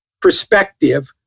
perspective